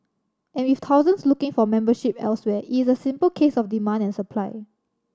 and with thousands looking for membership elsewhere it is a simple case of demand and supply